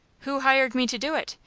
who hired me to do it?